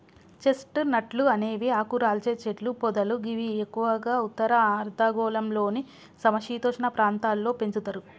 chest నట్లు అనేవి ఆకురాల్చే చెట్లు పొదలు గివి ఎక్కువగా ఉత్తర అర్ధగోళంలోని సమ శీతోష్ణ ప్రాంతాల్లో పెంచుతరు